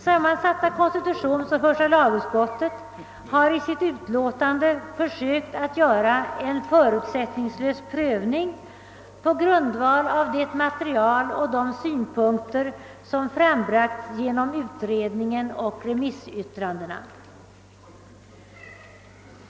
Sammansatta konstitutionsoch första lagutskottet har i sitt betänkande försökt göra en förutsättningslös prövning på grundval av det material som frambragts och de synpunkter som anförts genom utredningen och remissyttrandena.